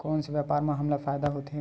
कोन से व्यापार म हमला फ़ायदा होथे?